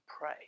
pray